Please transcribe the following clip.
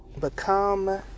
become